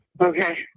okay